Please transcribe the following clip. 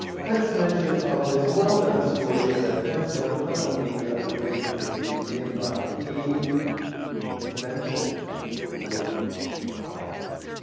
hence, mention of this well-known story that hans sloane not only created the british museum, but he invented milk chocolate.